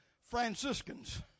Franciscans